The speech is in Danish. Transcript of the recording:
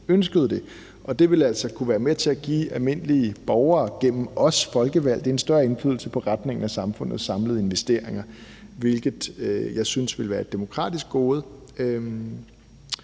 ønskede det, og det vil altså kunne være med til at give almindelige borgere, gennem os folkevalgte, en større indflydelse på retningen af samfundets samlede investeringer, hvilket jeg synes ville være et demokratisk gode.